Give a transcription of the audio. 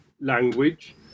language